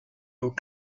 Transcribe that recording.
aux